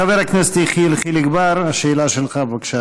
חבר הכנסת יחיאל חיליק בר, השאלה שלך, בבקשה,